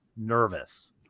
Nervous